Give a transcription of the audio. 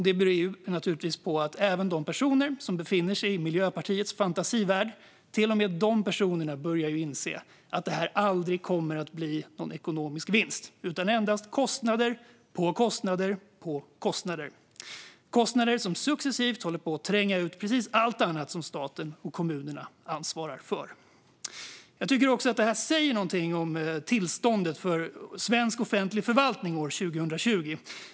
Det beror naturligtvis på att till och med de personer som befinner sig i Miljöpartiets fantasivärld börjar inse att det här aldrig kommer att bli någon ekonomisk vinst utan endast kostnader på kostnader - kostnader som successivt håller på att tränga ut precis allt annat som staten och kommunerna ansvarar för. Jag tycker också att det säger någonting om tillståndet för svensk offentlig förvaltning år 2020.